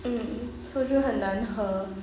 mm soju 很难喝